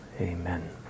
Amen